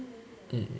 mm